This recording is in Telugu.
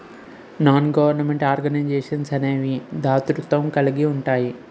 నాన్ గవర్నమెంట్ ఆర్గనైజేషన్స్ అనేవి దాతృత్వం కలిగి ఉంటాయి